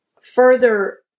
further